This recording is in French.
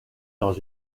dans